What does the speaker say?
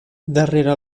darrere